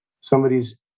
somebody's